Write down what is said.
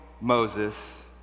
Moses